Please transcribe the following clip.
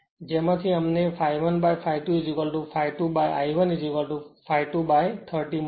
જેમાંથી અમને ∅1by ∅ 2 ∅2by I 1 ∅2by 30 મળશે